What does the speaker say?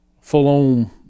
full-on